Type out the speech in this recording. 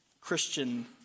Christian